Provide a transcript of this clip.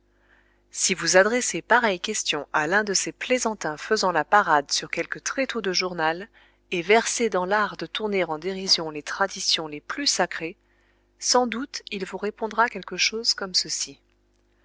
si vous adressez pareille question à l'un de ces plaisantins faisant la parade sur quelque tréteau de journal et versé dans l'art de tourner en dérision les traditions les plus sacrées sans doute il vous répondra quelque chose comme ceci